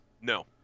No